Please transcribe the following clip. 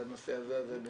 על הנושא הזה.